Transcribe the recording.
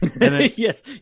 yes